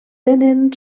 tenen